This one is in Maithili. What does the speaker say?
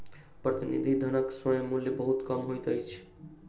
प्रतिनिधि धनक स्वयं मूल्य बहुत कम होइत अछि